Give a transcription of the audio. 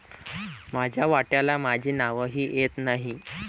माझ्या वाट्याला माझे नावही येत नाही